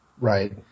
Right